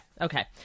okay